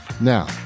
Now